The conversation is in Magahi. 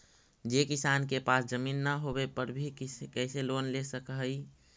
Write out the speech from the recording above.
जे किसान के पास जमीन न होवे पर भी कैसे लोन ले सक हइ?